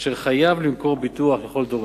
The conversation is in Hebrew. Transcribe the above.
אשר חייב למכור ביטוח לכל דורש.